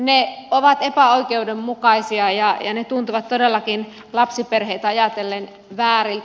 ne ovat epäoikeudenmukaisia ja ne tuntuvat todellakin lapsiperheitä ajatellen vääriltä